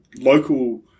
local